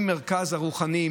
עם המרכז הרוחני,